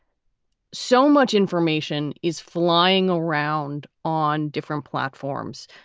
so much information is flying around on different platforms.